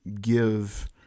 give